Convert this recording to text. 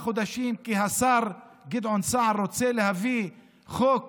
חודשים כי השר גדעון סער רוצה להביא חוק